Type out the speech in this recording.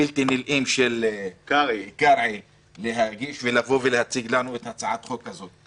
הבלתי נלאים של קרעי להגיש ולבוא ולהציג לנו את הצעת החוק הזאת?